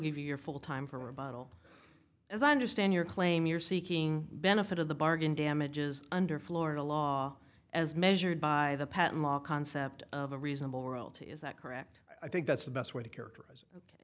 give you your full time for a bottle as i understand your claim you're seeking benefit of the bargain damages under florida law as measured by the patent law concept of a reasonable world is that correct i think that's the best way to characterize